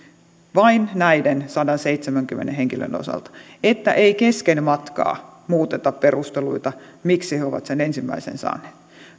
vain näiden sadanseitsemänkymmenen henkilön osalta jotta ei kesken matkaa muuteta perusteluita miksi he ovat sen ensimmäisen saaneet